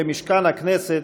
למשכן הכנסת,